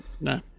no